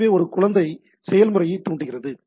எனவே ஒரு குழந்தை செயல்முறையைத் தூண்டுகிறது